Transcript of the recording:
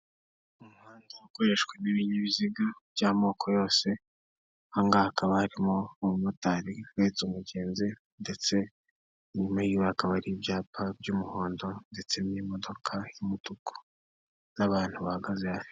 Umuhanda ukoreshwamo ibinyabiziga by'amoko yose, aha ngaha hakaba harimo umumotari uhetse umugenzi ndetse inyuma y'iwe hakaba hari ibyapa by'umuhondo ndetse n'imodoka y'umutuku n'abantu bahagaze hafi.